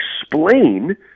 explain